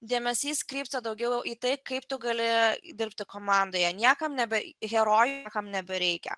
dėmesys krypsta daugiau į tai kaip tu gali dirbti komandoje niekam n nebereikia